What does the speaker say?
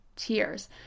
tears